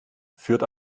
führt